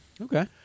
Okay